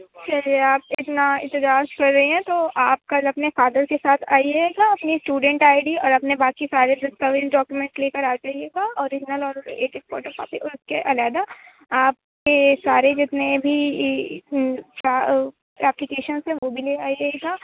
چلیے آپ اتنا احتجاج کر رہی ہیں تو آپ کل اپنے فادر کے ساتھ آئیے گا اپنی اسٹوڈنٹ آئی ڈی اور اپنے باقی سارے دستاویز ڈاکومنٹ لے کر آ جائیے گا اور ای میل اور ایک ایک فوٹو کاپی اور اُس کے علیحدہ آپ کے سارے جتنے بھی اپلیکیشنس ہیں وہ بھی لے آئیے گا